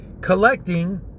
collecting